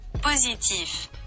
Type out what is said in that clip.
Positif